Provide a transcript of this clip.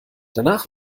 danach